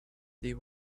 they